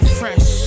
fresh